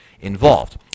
involved